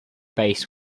base